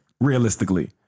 Realistically